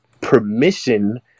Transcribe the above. permission